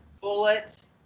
bullet